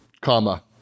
comma